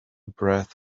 breath